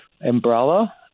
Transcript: umbrella